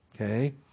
okay